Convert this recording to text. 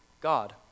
god